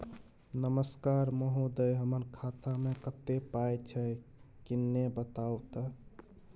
नमस्कार महोदय, हमर खाता मे कत्ते पाई छै किन्ने बताऊ त?